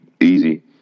easy